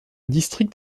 district